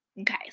Okay